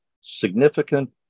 significant